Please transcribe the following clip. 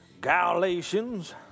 Galatians